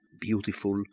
beautiful